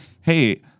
hey